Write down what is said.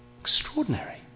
Extraordinary